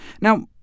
Now